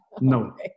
no